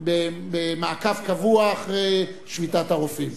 במעקב קבוע אחר שביתת הרופאים.